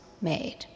made